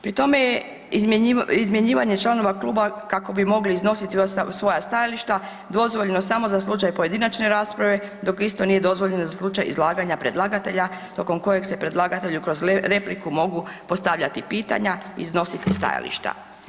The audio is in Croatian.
Pri tome je izmjenjivanje članova kluba kako bi mogli iznositi svoja stajališta dozvoljeno samo za slučaj pojedinačne rasprave dok isto nije dozvoljeno za slučaj izlaganja predlagatelja tokom kojeg se predlagatelju kroz repliku mogu postavljati pitanja, iznositi stajališta.